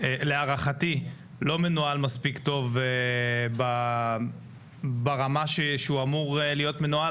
להערכתי לא מנוהל מספיק טוב ברמה שהוא אמור להיות מנוהל,